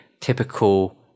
typical